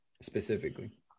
specifically